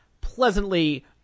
pleasantly